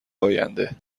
آینده